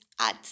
add